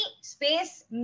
space